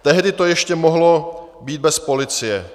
Tehdy to ještě mohlo být bez policie.